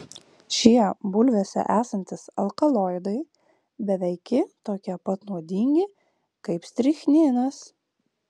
šie bulvėse esantys alkaloidai beveiki tokie pat nuodingi kaip strichninas